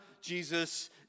Jesus